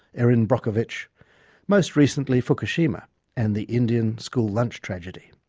erin brockovich most recently fukushima and the indian school lunch tragedy.